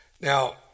now